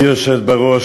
גברתי היושבת בראש,